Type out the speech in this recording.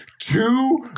two